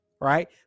Right